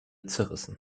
zerrissen